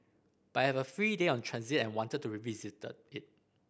but I have a free day on transit and wanted to revisit it